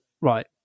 right